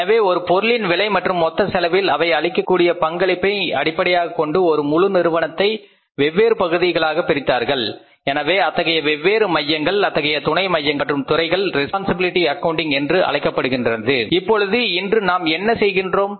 எனவே ஒரு பொருளின் விலை மற்றும் மொத்த செலவில் அவை அளிக்கக்கூடிய பங்களிப்பை அடிப்படையாகக் கொண்டு ஒரு முழு நிறுவனத்தை வெவ்வேறு பகுதிகளாக பிரித்தார்கள் எனவே அத்தகைய வெவ்வேறு மையங்கள் இத்தகைய துணை மையங்கள் மற்றும் துறைகள் ரெஸ்பான்சிபிலிட்டி அக்கவுண்டிங் என்று அழைக்கப்படுகின்றன இப்பொழுது இன்று நாம் என்ன செய்கின்றோம்